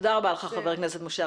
תודה רבה לך, חבר הכנסת משה ארבל.